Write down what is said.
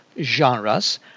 genres